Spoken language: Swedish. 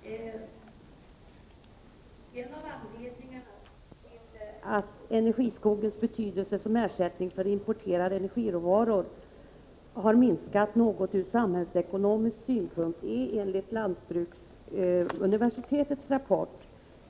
Herr talman! En av anledningarna till att energiskogens betydelse som ersättning för importerade energiråvaror har minskat något ur samhällsekonomisk synpunkt är enligt lantbruksuniversitetets rapport